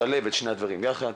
לשלב את שני הדברים יחד,